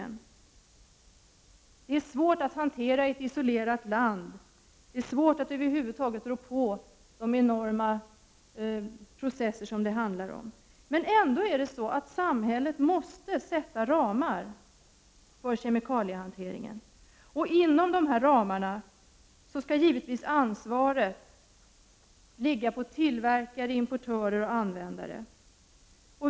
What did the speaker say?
Detta är svårt att hantera i ett isolerat land. Det är svårt att över huvud taget rå på de enorma processer som det handlar om. Samhället måste ändå sätta ramar för kemikaliehanteringen. Inom dessa ramar skall ansvaret givetvis ligga på tillverkare, importörer och användare.